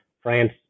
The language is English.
France